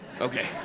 Okay